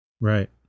Right